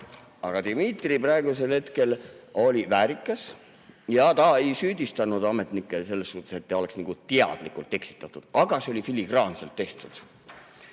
Aga Dmitri praegusel hetkel oli väärikas ja ta ei süüdistanud ametnikke selles, et oleks nagu teadlikult eksitatud, aga see oli filigraanselt tehtud.